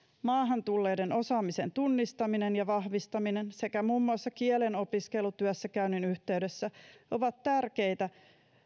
maahan tulleiden osaamisen tunnistaminen ja vahvistaminen sekä muun muassa kielen opiskelu työssäkäynnin yhteydessä ovat tärkeitä